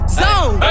zone